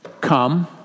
come